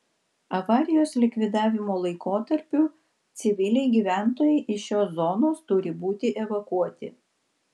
avarijos likvidavimo laikotarpiu civiliai gyventojai iš šios zonos turi būti evakuoti